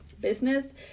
business